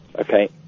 Okay